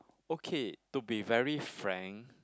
okay to be very frank